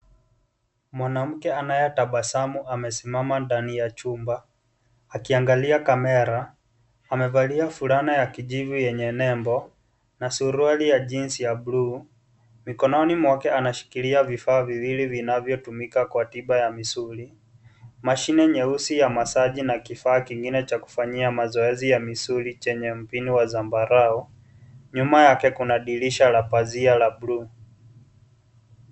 Mwanamke anayetabasamu amesimama ndani ya chumba akiangalia kamera. AMevalia fulana ya kijivu yenye nembo na suruali ya jinsi ya buluu. Mikononi mwake anashikilia vifaa vinavyotumika kwa tiba ya misuli, mashine nyeusi ya masaji na kifaa kingine cha kufanyia mazoezi ya misuli chenye mpini wa zambarau. Nyuma yake kuna dirisha la pazia la buluu.